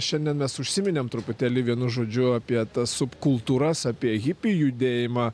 šiandien mes užsiminėm truputėlį vienu žodžiu apie tas subkultūras apie hipių judėjimą